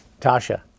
Tasha